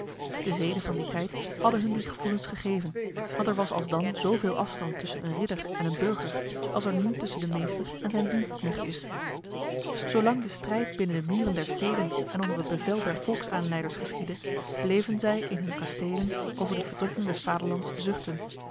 de zeden van die tijd hadden hun die gevoelens gegeven want er was alsdan zoveel afstand tussen een ridder en een burger als er nu tussen de meester en zijn dienstknecht is zolang de strijd binnen de muren der steden en onder het bevel der volksaanleiders geschiedde bleven zij in hun kastelen over de verdrukking des vaderlands zuchten